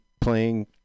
playing